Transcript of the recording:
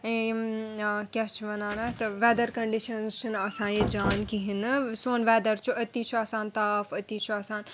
یِم کیٛاہ چھِ وَنان اَتھ تہٕ وٮ۪دَر کَنڈِشَنٕز چھِنہٕ آسان یہِ جان کِہیٖنۍ نہٕ سون وٮ۪دَر چھُ أتی چھُ آسان تاپھ أتی چھُ آسان